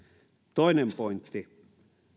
toinen pointti